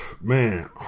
man